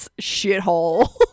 shithole